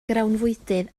grawnfwydydd